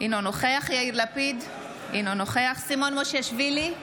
אינו נוכח יאיר לפיד, אינו נוכח סימון מושיאשוילי,